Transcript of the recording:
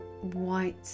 white